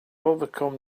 overcome